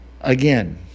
Again